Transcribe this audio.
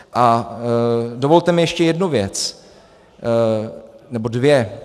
A dovolte mi ještě jednu věc, nebo dvě.